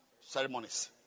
ceremonies